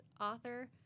author